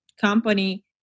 company